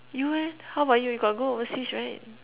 you leh how about you you got go overseas right